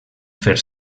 fer